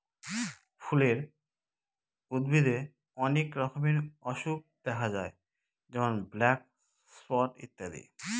ফুলের উদ্ভিদে অনেক রকমের অসুখ দেখা যায় যেমন ব্ল্যাক স্পট ইত্যাদি